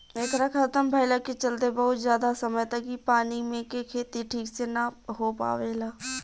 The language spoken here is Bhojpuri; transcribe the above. एकरा खतम भईला के चलते बहुत ज्यादा समय तक इ पानी मे के खेती ठीक से ना हो पावेला